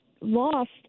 lost